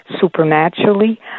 supernaturally